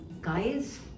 guys